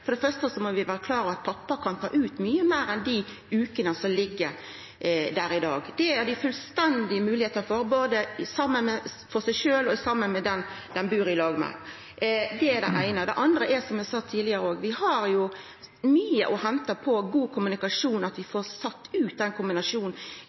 for det første vera klar over at pappa kan ta ut mykje meir enn dei vekene som ligg der i dag. Det er det full moglegheit til, både for han sjølv og den han bur saman med. Det er det eine. Det andre er, som eg òg sa tidlegare, at vi har mykje å henta på god kommunikasjon, at vi